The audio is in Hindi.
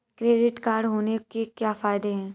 क्रेडिट कार्ड होने के क्या फायदे हैं?